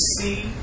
see